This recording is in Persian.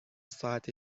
ساعت